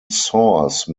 source